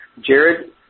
Jared